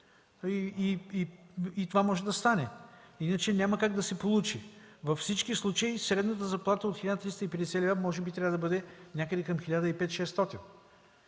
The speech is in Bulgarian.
И това може да стане, иначе няма как да се получи. Във всички случаи средната заплата от 1350 лв. може би трябва да бъде някъде към 1500-1600.